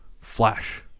Flash